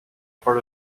part